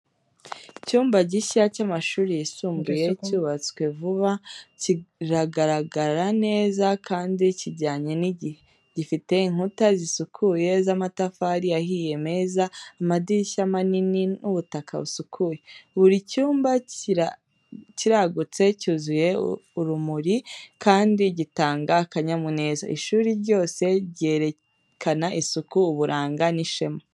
Icyumba gishya cy’amashuri yisumbuye cyubatswe vuba kiragaragara neza kandi kijyanye n’igihe. Gifite inkuta zisukuye z'amatafari ahiye meza, amadirishya manini, n’ubutaka busukuye. Buri cyumba kiragutse, cyuzuye urumuri kandi gitanga akanyamuneza. Ishuri ryose ryerekana isuku, uburanga, n’ishema.